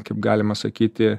kaip galima sakyti